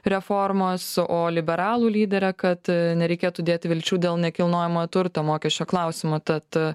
reformos o liberalų lyderė kad nereikėtų dėti vilčių dėl nekilnojamojo turto mokesčio klausimo tad